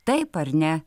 taip ar ne